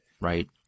right